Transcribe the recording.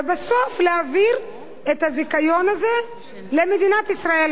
ובסוף להעביר את הזיכיון הזה למדינת ישראל.